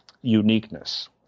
uniqueness